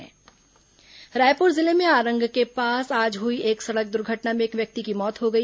सड़क दुर्घटना रायपुर जिले में आरंग के पास आज हुई एक सड़क दुर्घटना में एक व्यक्ति की मौत हो गई